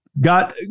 got